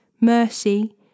mercy